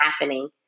happening